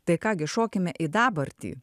tai ką gi šokime į dabartį